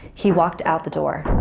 he walked out the door.